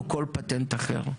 או כל פטנט אחר.